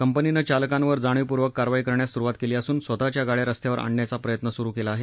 कंपनीनं चालकांवर जाणीवपूर्वक कारवाई करण्यास सुरूवात केली असून स्वतःच्या गाड्या रस्त्यावर आणण्याचा प्रयत्न सुरू केला आहे